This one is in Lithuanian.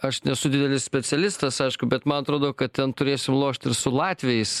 aš nesu didelis specialistas aišku bet man atrodo kad ten turėsim lošt ir su latviais